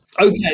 okay